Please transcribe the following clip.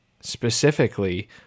specifically